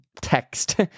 text